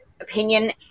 opinion